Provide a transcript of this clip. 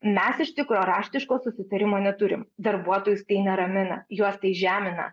mes iš tikro raštiško susitarimo neturim darbuotojus tai neramina juos tai žemina